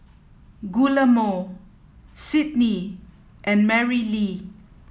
Guillermo Sydnie and Marilee